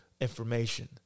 information